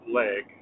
leg